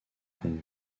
kong